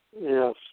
Yes